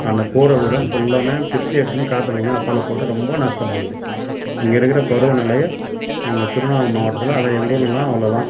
அந்த கூரை வீடும் ஃபுல்லாவுமே பிரிச்சு எடுத்துன்னு காத்தில் அப்பால் போயிவிட்டு ரொம்ப நஷ்டம் பண்ணுது இங்கே இருக்கிற பருவ நிலையை இங்கே திருவண்ணாமலை மாவட்டத்தில் அதான் எங்கள் ஊரில் எல்லாம் அவ்வளோ தான்